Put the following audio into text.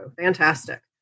fantastic